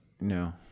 No